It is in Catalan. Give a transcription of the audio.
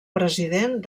president